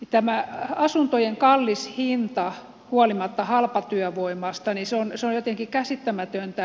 tämä asuntojen kallis hinta huolimatta halpatyövoimasta on jotenkin käsittämätöntä